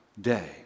day